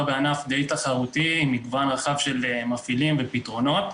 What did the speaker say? בענף די תחרותי עם מגוון רחב של מפעילים ופתרונות,